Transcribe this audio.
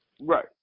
Right